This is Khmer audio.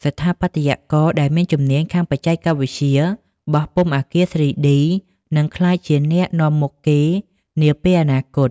ស្ថាបត្យករដែលមានជំនាញខាងបច្ចេកវិទ្យា "បោះពុម្ពអគារ 3D" នឹងក្លាយជាអ្នកនាំមុខគេនាពេលអនាគត។